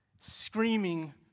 screaming